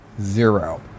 zero